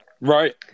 Right